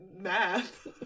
math